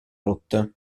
rotte